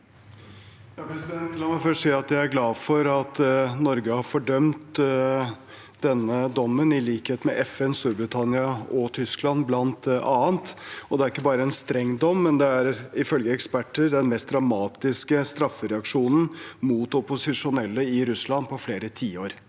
jeg er glad for at Norge har fordømt denne dommen, i likhet med bl.a. FN, Storbritannia og Tyskland. Det er ikke bare en streng dom, men ifølge eksperter er det den mest dramatiske straffereaksjonen mot opposisjonelle i Russland på flere tiår.